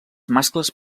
mascles